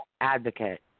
advocate